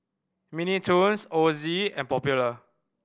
Mini Toons Ozi and Popular